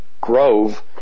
grove